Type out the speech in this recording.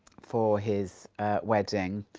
for his wedding.